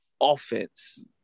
offense